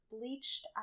Bleached